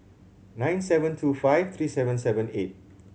nine seven two five three seven seven eight